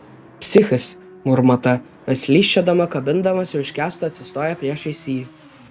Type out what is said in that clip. psichas murma ta bet slysčiodama kabindamasi už kęsto atsistoja priešais jį